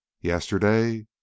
Yesterday